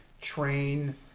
train